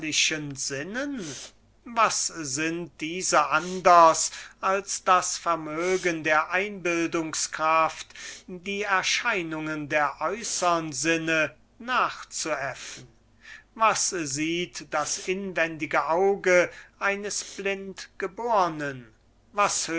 was sind diese anders als das vermögen der einbildungskraft die würkungen der äußern sinnen nachzuäffen was sieht das inwendige auge eines blindgebornen was